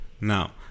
now